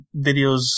videos